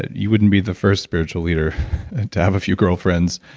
you wouldn't be the first spiritual leader to have a few girlfriends,